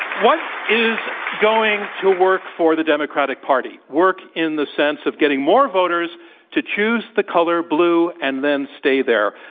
what is going to work for the democratic party? work in the sense of getting more voters to choose the color blue and then stay there,